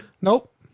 Nope